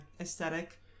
aesthetic